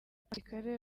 abasirikare